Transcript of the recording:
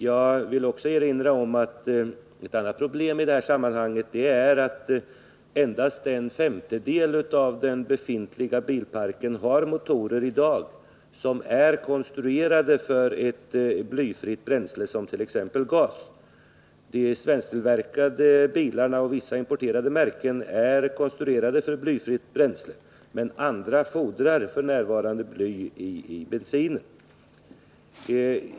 Jag vill också erinra om att ett annat problem i detta sammanhang är att endast en femtedel av den befintliga bilparken i dag har motorer som är konstruerade för ett blyfritt bränsle som t.ex. gas. De svensktillverkade bilarna och vissa importerade bilar är konstruerade för blyfritt bränsle, men för andra bilmärken fordras f. n. bly i bensinen.